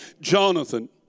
Jonathan